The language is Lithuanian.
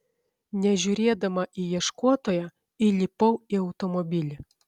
nežiūrėdama į ieškotoją įlipau į automobilį